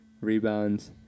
rebounds